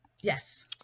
Yes